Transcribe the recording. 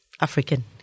African